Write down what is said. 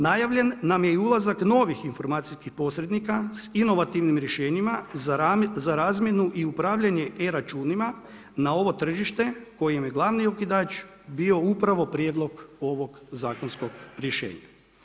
Najavljen nam je ulazak i novih informacijskih posrednika, s inovativnim rješenjima za razmjenu i upravljanje e-računima, na ovo tržište, kojem je glavni okidač, bio upravo prijedlog ovog zakonskog rješenja.